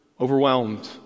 overwhelmed